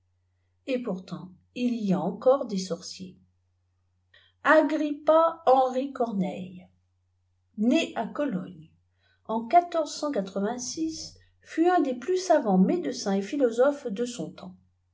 et pourtant il y a enco ve des sorciers agrippa henri corneille né à cologne en fut un des plus savants médecins et philosophes de son temps